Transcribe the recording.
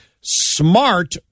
smart